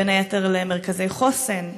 בין היתר למרכזי חוסן,